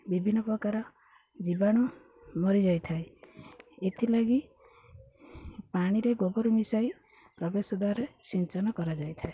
ବିଭିନ୍ନ ପ୍ରକାର ଜୀବାଣୁ ମରି ଯାଇଥାଏ ଏଥିଲାଗି ପାଣିରେ ଗୋବର ମିଶାଇ ପ୍ରବେଶ ଦ୍ୱାରେ ସିଞ୍ଚନ କରାଯାଇ ଥାଏ